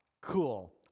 cool